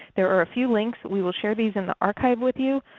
there are a few links. we will share these in the archive with you.